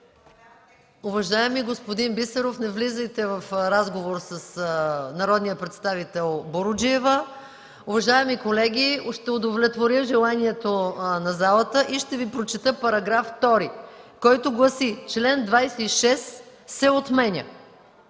Уважаеми господин Бисеров, не влизайте в разговор с народния представител Буруджиева. Уважаеми колеги, ще удовлетворя желанието на залата и ще Ви прочета § 2, който гласи: „§ 2. Член 26 се отменя.”